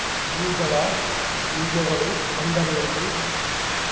ದ್ವಿದಳ ಬೇಜಗಳು ಅಂದರೇನ್ರಿ?